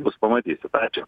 bus pamatysit ačiū